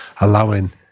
allowing